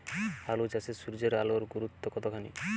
আলু চাষে সূর্যের আলোর গুরুত্ব কতখানি?